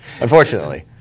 Unfortunately